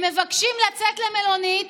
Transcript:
הם מבקשים לצאת למלונית